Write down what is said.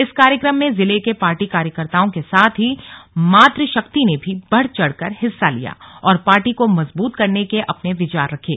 इस कार्यक्रम में जिले के पार्टी कार्यकर्ताओं के साथ ही मात् शक्ति ने भी बढ़ चढ़कर हिस्सा लिया और पार्टी को मजबूत करने के पर अपने विचार रखे